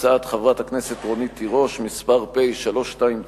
הצעת חברת הכנסת רונית תירוש, מס' פ/329/18,